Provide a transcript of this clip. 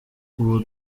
ubu